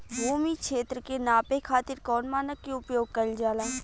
भूमि क्षेत्र के नापे खातिर कौन मानक के उपयोग कइल जाला?